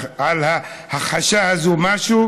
ההכחשה הזאת משהו